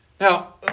Now